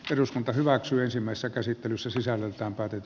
eduskunta hyväksyisimmässä käsittelyssä sisällöltään päätet